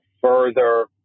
further